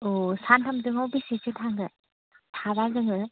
औ सानथामजोंआव बेसेसो थांगोन साबा जोङो